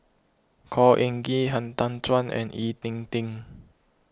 Khor Ean Ghee Han Tan Juan and Ying E Ding